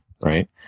right